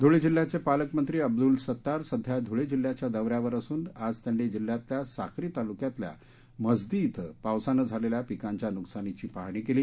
धूळे जिल्ह्याचे पालकमंत्री अब्दुल सत्तार सध्या धूळे जिल्ह्याच्या दौऱ्यावर असून आज त्यांनी जिल्ह्यातल्या साक्री तालुक्यातल्या म्हसदी ििं पावसानं झालेल्या पिकांच्या नुकसानीची पहाणी केली